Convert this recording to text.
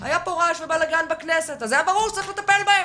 היה פה רעש ובלגאן בכנסת והיה ברור שצריך לטפל בהם.